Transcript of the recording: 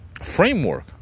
framework